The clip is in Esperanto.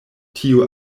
tiu